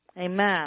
Amen